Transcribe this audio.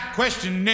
question